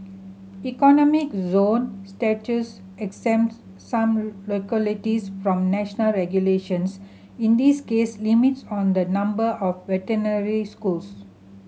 economic zone status exempts some localities from national regulations in this case limits on the number of veterinary schools